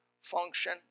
function